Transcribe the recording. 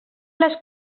les